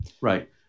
Right